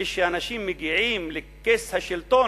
כשאנשים מגיעים לכס השלטון,